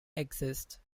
exist